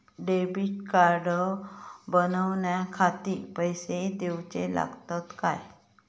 Debit card बनवण्याखाती पैसे दिऊचे लागतात काय?